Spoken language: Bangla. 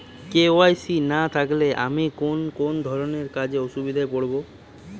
কে.ওয়াই.সি না থাকলে আমি কোন কোন ধরনের কাজে অসুবিধায় পড়ব?